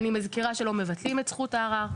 אני מזכירה שלא מבטלים את זכות הערר,